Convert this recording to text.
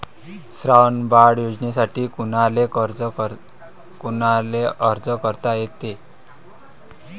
श्रावण बाळ योजनेसाठी कुनाले अर्ज करता येते?